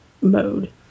mode